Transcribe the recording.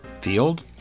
Field